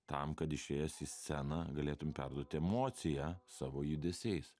tam kad išėjęs į sceną galėtum perduoti emociją savo judesiais